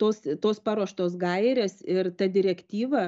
tos tos paruoštos gairės ir ta direktyva